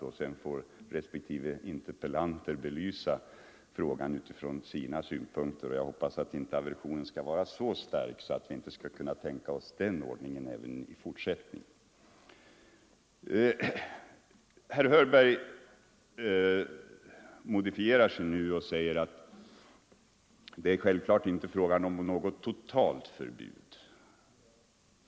Sedan får respektive interpellanter belysa frågan utifrån sina synpunkter. Jag hoppas att aversionen inte skall vara så stark att vi inte skall kunna tänka oss den ordningen även i fortsättningen. Herr Hörberg modifierar sig nu och säger att det är självklart inte fråga om något totalt förbud.